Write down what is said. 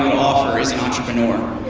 offer is an entrepreneur.